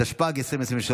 התשפ"ג 2023,